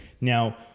Now